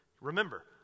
remember